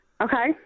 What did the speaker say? Okay